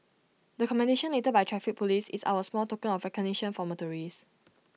the commendation letter by traffic Police is our small token of recognition for motorists